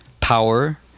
power